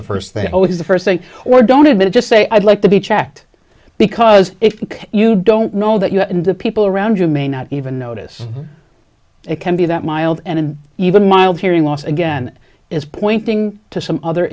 the first thing i always the first thing or don't admit it just say i'd like to be checked because if you don't know that you are in the people around you may not even notice it can be that mild and even mild hearing loss again is pointing to some other